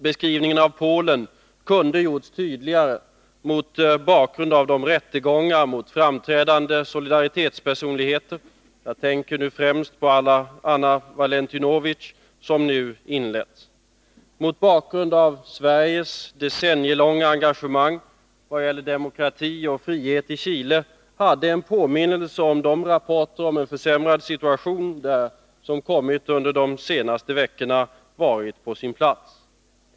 Beskrivningen av Polen kunde ha gjorts tydligare mot bakgrund av de rättegångar mot framträdande Solidaritetspersonligheter — jag tänker nu främst på Anna Walentynowicz — som nu inletts. Mot bakgrund av Sveriges decennielånga engagemang vad gäller demokrati och frihet i Chile hade det varit på sin plats med en påminnelse om de rapporter om en försämrad situation där som kommit under de senaste veckorna.